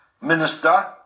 minister